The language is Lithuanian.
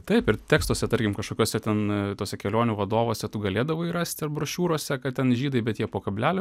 taip ir tekstuose tarkim kažkokiuose ten tuose kelionių vadovuose tu galėdavai rasti ir brošiūrose kad ten žydai bet jie po kablelio